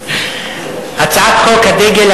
הצעת חוק הדגל,